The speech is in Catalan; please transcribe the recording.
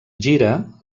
gira